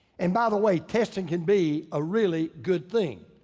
and by the way, testing can be a really good thing.